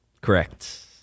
Correct